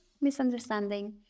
misunderstanding